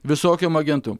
visokiem agentam